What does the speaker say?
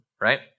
right